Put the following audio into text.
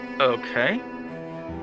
Okay